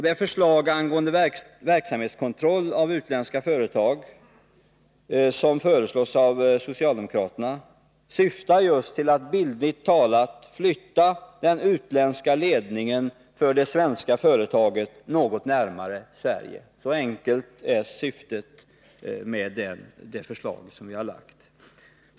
Det förslag angående verksamhetskontroll av utländska företag som föreslås av socialdemokraterna syftar just till att bildligt talat flytta den utländska ledningen för det svenska företaget något närmare Sverige. Så enkelt är syftet med det förslag som vi har lagt fram.